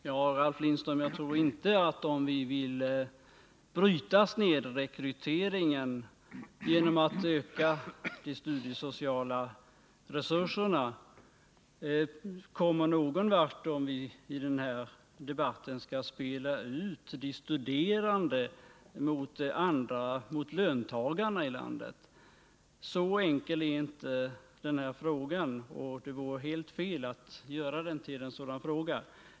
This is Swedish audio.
Herr talman! Ja, Ralf Lindström, om vi vill bryta snedrekryteringen genom att öka de studiesociala resurserna tror jag inte vi kommer någon vart genom att i denna debatt spela ut de studerande mot löntagarna i landet. Så enkel är inte denna fråga, och det vore helt fel att föra debatten på ett sådant sätt.